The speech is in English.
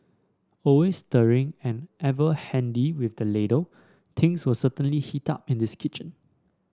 always stirring and ever handy with the ladle things will certainly heat up in this kitchen